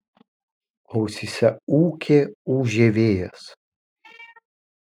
ausyse ūkė ūžė vėjas